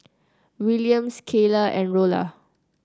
Williams Kaylah and Rolla